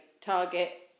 target